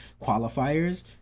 qualifiers